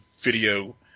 video